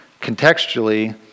Contextually